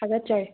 ꯊꯥꯒꯠꯆꯔꯤ